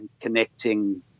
connecting